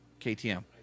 KTM